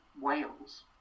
Wales